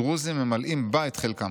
הדרוזים ממלאים בה את חלקם.